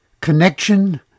connection